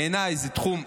בעיניי זה תחום,